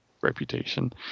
reputation